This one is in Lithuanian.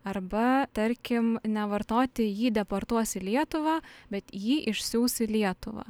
arba tarkim nevartoti jį deportuos į lietuvą bet jį išsiųs į lietuvą